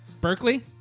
Berkeley